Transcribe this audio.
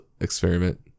experiment